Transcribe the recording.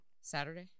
Saturday